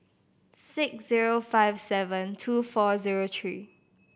six zero five seven two four zero three